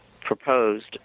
proposed